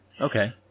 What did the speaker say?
Okay